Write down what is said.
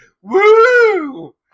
Woo